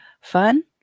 Fun